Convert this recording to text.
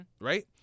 right